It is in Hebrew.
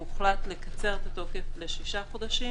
והוחלט לקצר את התוקף לשישה חודשים,